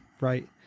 right